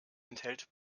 enthält